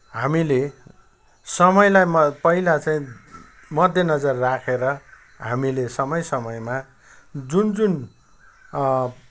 हामीले समयलाई म पहिला चाहिँ मध्येनजर राखेर हामीले समय समयमा जुन जुन